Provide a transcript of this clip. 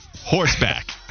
Horseback